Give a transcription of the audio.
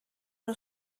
nhw